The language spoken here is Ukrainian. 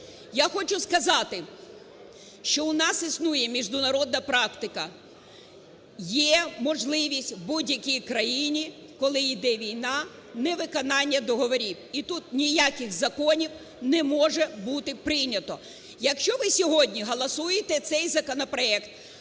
Я хочу сказати, що у нас існує міжнародна практика. Є можливість в будь-якій країні, коли йде війна, невиконання договорів. І тут ніяких законів не може бути прийнято. Якщо ви сьогодні голосуєте цей законопроект,